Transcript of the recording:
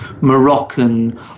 Moroccan